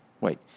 Wait